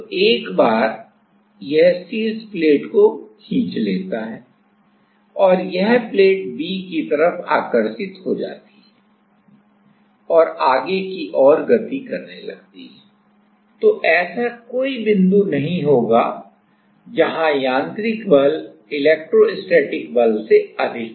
तो एक बार यह शीर्ष प्लेट को खींच लेता है और यह प्लेट B की तरफ आकर्षित हो जाती है और आगे की ओर गति करने लगती है तो ऐसा कोई बिंदु नहीं होगा जहां यांत्रिक बल इलेक्ट्रोस्टैटिक बल से अधिक हो